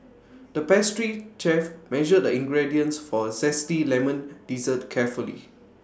the pastry chef measured the ingredients for A Zesty Lemon Dessert carefully